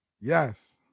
Yes